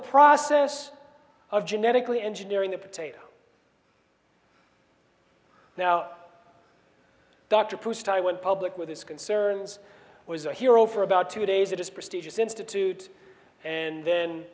process of genetically engineering the potato now dr proust i went public with his concerns was a hero for about two days of his prestigious institute and then